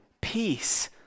peace